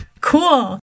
cool